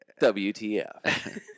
WTF